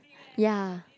ya